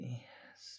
yes